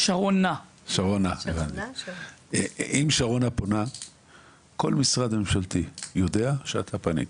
שרונה, כל משרד ממשלתי יודע שאתה פנית.